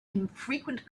infrequent